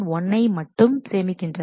1 யை மட்டும் சேமிக்கின்றன